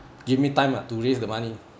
give me time uh to raise the money